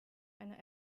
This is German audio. einer